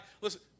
listen